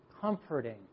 comforting